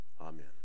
amen